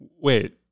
wait